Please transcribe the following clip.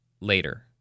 later